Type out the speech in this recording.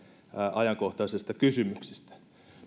ajankohtaisesta kysymyksestä nyt jos